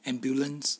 ambulance